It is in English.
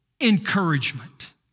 Encouragement